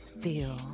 feel